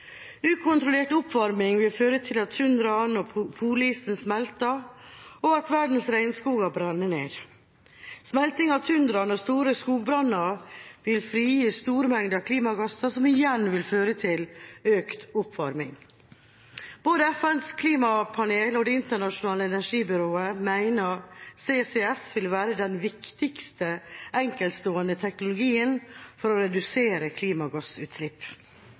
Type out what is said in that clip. Ukontrollert oppvarming vil føre til at tundraen og polisen smelter, og at verdens regnskoger brenner ned. Smelting av tundraen og store skogbranner vil frigi store mengder klimagasser, som igjen vil føre til økt oppvarming. Både FNs klimapanel og Det internasjonale energibyrå mener CCS vil være den viktigste enkeltstående teknologien for å redusere klimagassutslipp.